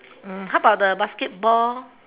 mm how about the basketball